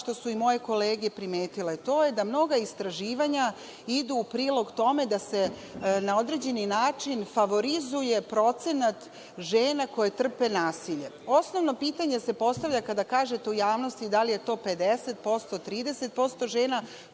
što su i moje kolege primetile, to je da mnoga istraživanja idu u prilog tome da se na određeni način favorizuje procenat žena koje trpe nasilje. Osnovno pitanje se postavlja kada kažete u javnosti da li je to 50%, 30% žena,